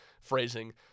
phrasing